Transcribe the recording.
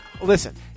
listen